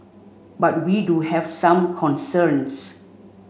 but we do have some concerns